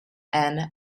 and